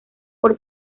por